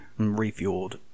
refueled